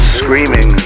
screaming